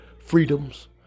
freedoms